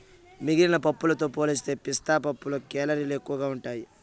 మిగిలిన పప్పులతో పోలిస్తే పిస్తా పప్పులో కేలరీలు ఎక్కువగా ఉంటాయి